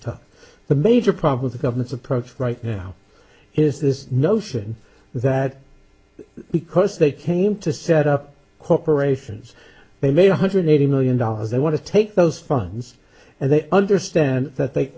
to the major problem the government's approach right now is this notion that because they came to set up corporations they made one hundred eighty million dollars they want to take those funds and they understand that they